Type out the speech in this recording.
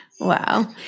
Wow